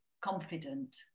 confident